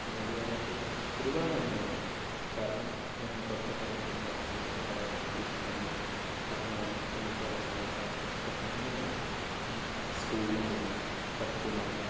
പിന്നെ അതുപോരാണ്ട് ഒരുപാടനുഭവങ്ങളുണ്ട് കാരണം പുറത്തേക്കിറങ്ങാൻ പറ്റില്ല മഴയും കാലാവസ്ഥയും വീട്ടിത്തന്നെ കടന്നുറങ്ങുക എണീക്കുക ഭക്ഷണം കഴിക്കുക ഇതൊക്കെത്തന്നെയായിരുന്നു സ്ക്കൂളിലും പോകണ്ട പഠിക്കുകയും വേണ്ട